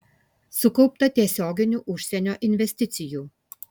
sukaupta tiesioginių užsienio investicijų